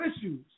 issues